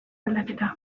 aldaketa